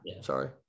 sorry